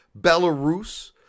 Belarus